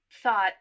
thought